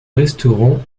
restaurant